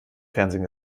fernsehen